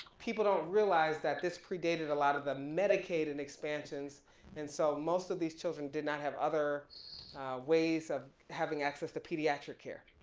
people don't realize that this predated a lot of the medicaid in expansions and so most of these children did not have other ways of having access to pediatric care.